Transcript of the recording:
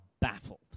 baffled